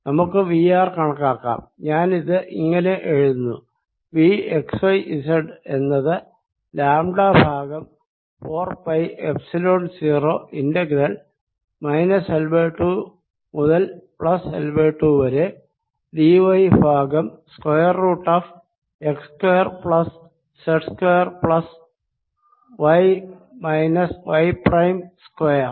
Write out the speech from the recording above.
നമുക്ക് Vr കണക്കാക്കാം ഞാനിത് ഇങ്ങനെ എഴുതുന്നു Vxyz എന്നത് ലാംട ഭാഗം 4 പൈ എപ്സിലോൺ 0 ഇന്റഗ്രൽ L 2 മുതൽ L 2 വരെ d y ഭാഗം square root of x square plus z square plus y minus y prime square